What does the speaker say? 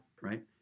right